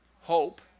hope